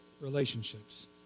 relationships